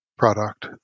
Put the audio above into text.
product